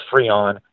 Freon